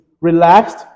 relaxed